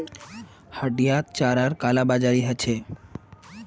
हटियात चारार कालाबाजारी ह छेक